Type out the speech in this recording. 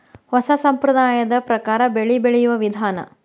ಹೊಸಾ ಸಂಪ್ರದಾಯದ ಪ್ರಕಾರಾ ಬೆಳಿ ಬೆಳಿಯುವ ವಿಧಾನಾ